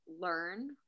learn